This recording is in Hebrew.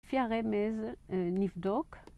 לפי הרמז נבדוק